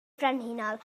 frenhinol